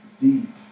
deep